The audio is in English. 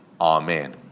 Amen